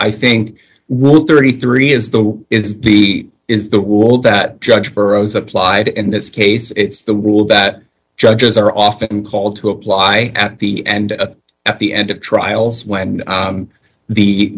i think will thirty three is the is the is the rule that judge burroughs applied in this case it's the rule that judges are often called to apply at the end at the end of trials when